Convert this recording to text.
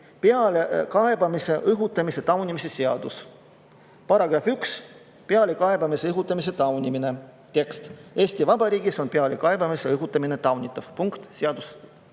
"Pealekaebamise õhutamise taunimise seadus". "§ 1. Pealekaebamise õhutamise taunimine". Tekst: "Eesti Vabariigis on pealekaebamisele õhutamine taunitav." Punkt, seaduse